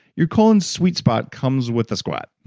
your colon's sweet spot comes with a squat.